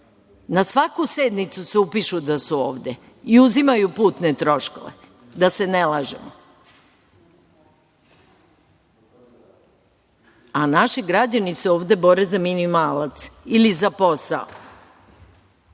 svaku sednicu se upišu da su ovde i uzimaju putne troškove, da se ne lažemo, a naši građani se ovde bore za minimalac ili za posao.